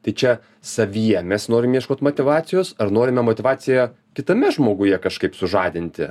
tai čia savyje mes norim ieškot motyvacijos ar norime motyvaciją kitame žmoguje kažkaip sužadinti